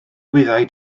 wyddai